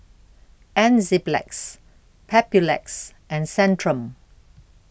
Enzyplex Papulex and Centrum